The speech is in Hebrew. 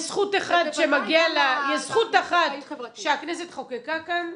יש זכות אחת שהכנסת חוקקה כאן.